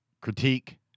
critique